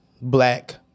black